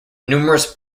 numerous